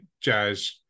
jazz